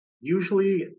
usually